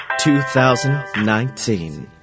2019